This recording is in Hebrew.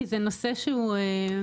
שוב,